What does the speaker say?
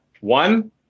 One